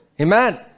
Amen